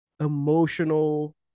emotional